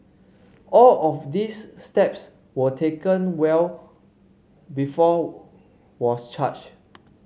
all of these steps were taken well before was charged